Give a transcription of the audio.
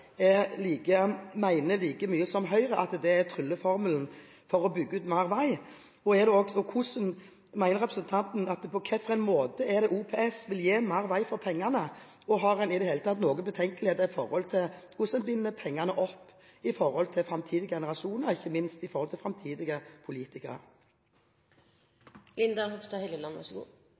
jeg har et par spørsmål: Representanten Helleland bruker en del tid i sitt innlegg på å løfte opp OPS-prosjektene. Er det nå slik at regjeringen – også med Fremskrittspartiet – mener like mye som Høyre at dette er trylleformelen for å bygge ut mer vei, og på hvilken måte mener representanten at OPS vil gi mer vei for pengene? Og har en i det hele tatt noen betenkeligheter i forhold til hvordan en binder opp pengene for framtidige generasjoner – ikke minst for framtidige